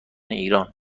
ایران